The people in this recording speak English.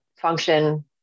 function